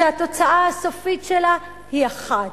שהתוצאה הסופית שלה היא אחת.